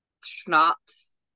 schnapps